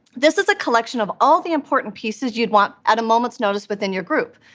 this is a collection of all the important pieces you'd want at a moments notice within your group,